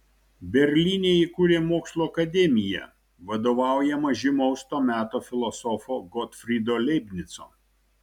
berlyne įkūrė mokslų akademiją vadovaujamą žymaus to meto filosofo gotfrydo leibnico